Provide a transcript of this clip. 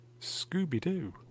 Scooby-Doo